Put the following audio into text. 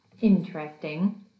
interesting